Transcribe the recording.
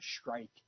strike